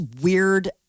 weird